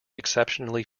exceptionally